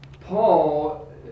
Paul